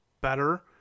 better